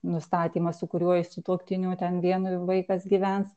nustatymas su kuriuo iš sutuoktinių ten vien vaikas gyvens